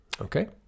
Okay